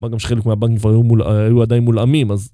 מה גם שחלק מהבנקים היו, היו עדיין מולעמים, אז...